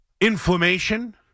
Inflammation